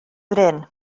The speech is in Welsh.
brin